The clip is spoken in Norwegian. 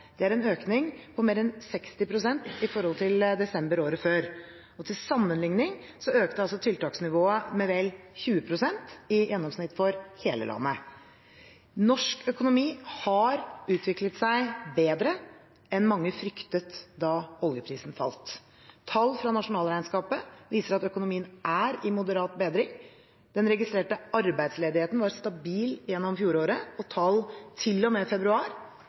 Det er en økning på mer enn 60 pst. i forhold til desember året før. Til sammenligning økte tiltaksnivået med vel 20 pst. i gjennomsnitt for hele landet. Norsk økonomi har utviklet seg bedre enn mange fryktet da oljeprisen falt. Tall fra nasjonalregnskapet viser at økonomien er i moderat bedring. Den registrerte arbeidsledigheten var stabil gjennom fjoråret, og tall til og med februar